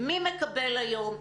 מי מקבל היום,